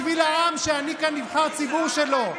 בשביל העם שאני כאן נבחר ציבור שלו.